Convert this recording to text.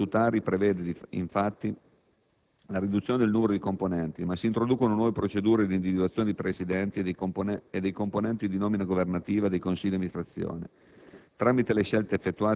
La riforma degli organi statutari prevede, infatti, la riduzione del numero dei componenti, ma si introducono nuove procedure di individuazione dei presidenti e dei componenti di nomina governativa dei consigli di amministrazione